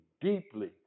deeply